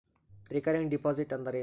Recurring deposit ಅಂದರೇನು?